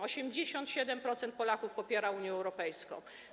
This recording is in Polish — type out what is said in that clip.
87% Polaków popiera Unię Europejską.